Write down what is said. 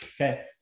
Okay